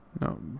no